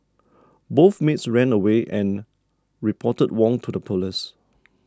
both maids ran away and reported Wong to the police